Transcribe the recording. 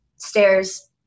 stairs